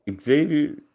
Xavier